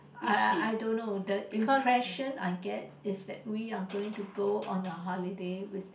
I I I don't know the impression I get is that we are going to go on a holiday with